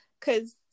Cause